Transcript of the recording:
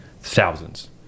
thousands